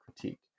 critique